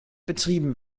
betrieben